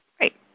Right